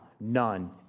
none